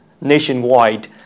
nationwide